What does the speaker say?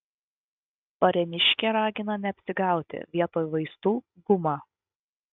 varėniškė ragina neapsigauti vietoj vaistų guma